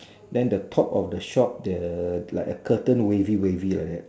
then the top of the shop the like a curtain wavy wavy like that